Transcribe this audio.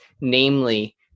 Namely